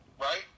right